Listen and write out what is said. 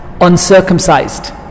uncircumcised